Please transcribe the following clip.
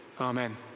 Amen